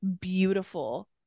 beautiful